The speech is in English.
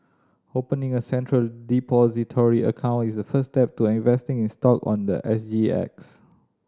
opening a Central Depository account is the first step to investing in stock on the S G X